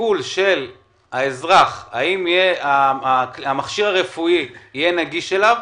שהשאלה האם המכשיר הרפואי יהיה נגיש לאזרח,